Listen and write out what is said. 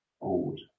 Old